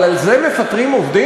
אבל על זה מפטרים עובדים?